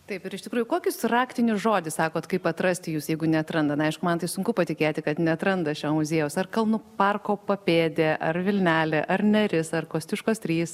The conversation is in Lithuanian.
taip ir iš tikrųjų kokius raktinius žodį sakot kaip atrasti jus jeigu neatranda na aišku man tai sunku patikėti kad neatranda šio muziejaus ar kalnų parko papėdė ar vilnelė ar neris ar kosciuškos trys